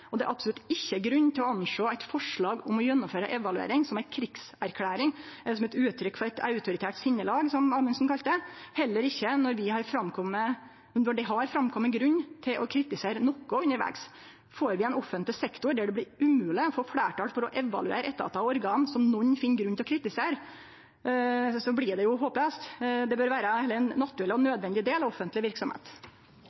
og det er absolutt ingen grunn til å sjå på eit forslag om å gjennomføre ei evaluering som ei krigserklæring eller som eit uttrykk for eit autoritært sinnelag, som representanten Amundsen kalla det, heller ikkje når det har kome fram ein grunn til å kritisere noko undervegs. Får vi ein offentleg sektor der det blir umogleg å få fleirtal for å evaluere etatar og organ som nokon finn grunn til å kritisere, blir det jo håplaust. Det bør heller vere ein naturleg og